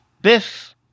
Biff